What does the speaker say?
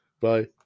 bye